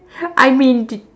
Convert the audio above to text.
I mean d~